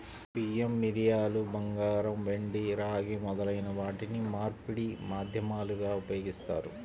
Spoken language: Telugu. బియ్యం, మిరియాలు, బంగారం, వెండి, రాగి మొదలైన వాటిని మార్పిడి మాధ్యమాలుగా ఉపయోగిస్తారు